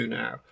now